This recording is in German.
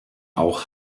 auch